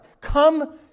Come